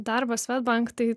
darbo swedbank tai